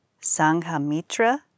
Sanghamitra